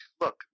look